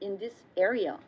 in this area